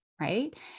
right